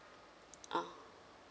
ah